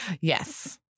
Yes